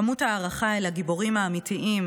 כמות ההערכה אל הגיבורים האמיתיים,